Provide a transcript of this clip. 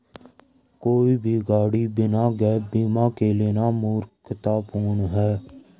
कोई भी गाड़ी बिना गैप बीमा के लेना मूर्खतापूर्ण है